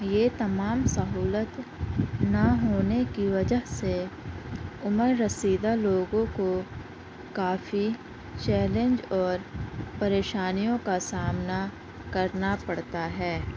یہ تمام سہولت نہ ہونے کی وجہ سے عمر رسیدہ لوگوں کو کافی چیلینج اور پریشانیوں کا سامنا کرنا پڑتا ہے